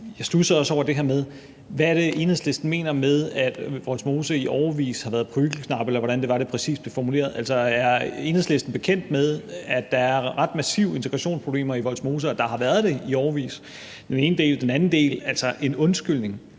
Jeg studsede også over det her med, hvad det er, Enhedslisten mener med, at Vollsmose i årevis har været prygelknabe, eller hvordan det var, det præcis blev formuleret. Er Enhedslisten bekendt med, at der er ret massive integrationsproblemer i Vollsmose, og at der har været det i årevis? Det er den ene del. Den anden del handler om det med en undskyldning.